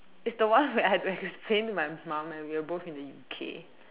it's the one where I had to explain to my mum when we were both in the U_K